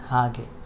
ಹಾಗೆ